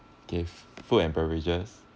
okay food and beverages